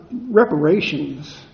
Reparations